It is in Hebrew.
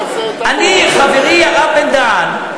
חברי הרב בן-דהן,